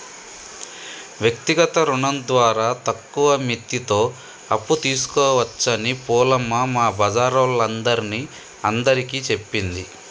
వ్యక్తిగత రుణం ద్వారా తక్కువ మిత్తితో అప్పు తీసుకోవచ్చని పూలమ్మ మా బజారోల్లందరిని అందరికీ చెప్పింది